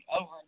over